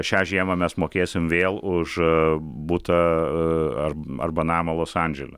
šią žiemą mes mokėsim vėl už butą arba namą los andžele